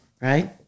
Right